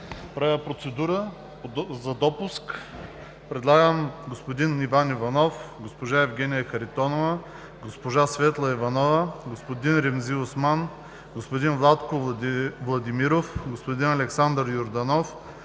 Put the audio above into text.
да бъдат допуснати господин Иван Иванов, госпожа Евгения Харитонова, госпожа Светла Иванова, господин Ремзи Осман, господин Владко Владимиров, господин Александър Йорданов,